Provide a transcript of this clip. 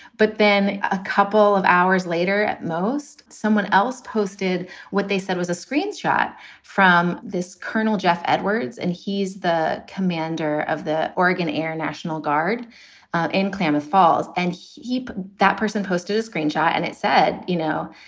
but then a couple of hours later, at most someone else posted what they said was a screenshot from this colonel jeff edwards, and he's the commander of the oregon air national guard in klamath falls. and keep that person posted a screenshot. and it said, you know,